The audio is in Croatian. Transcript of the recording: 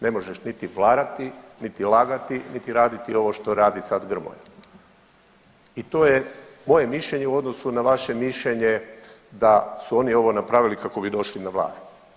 Ne možeš niti varati, niti lagati niti raditi ovo što radi sada Grmoja i to je moje mišljenje u odnosu na vaše mišljenje da su oni ovo napravili kako bi došli na vlast.